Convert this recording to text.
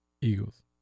Eagles